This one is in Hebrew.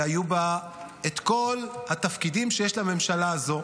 והיו בה כל התפקידים שיש בממשלה הזו.